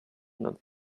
not